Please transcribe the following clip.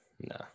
No